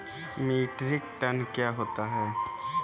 Metric ton क्या होता है?